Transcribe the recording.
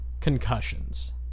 concussions